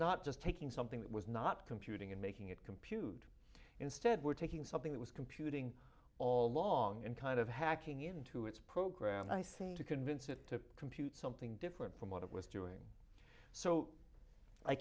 not just taking something that was not computing and making it compute instead we're taking something that was computing all along and kind of hacking into its program i think to convince it to compute something different from what it was doing so i